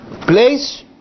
place